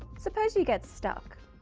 suppose you get stuck,